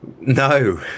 No